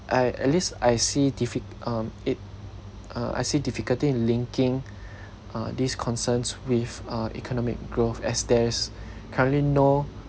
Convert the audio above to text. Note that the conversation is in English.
I at least I see diffi~ um it uh I see difficulty in linking uh these concerns with uh economic growth as there is currently no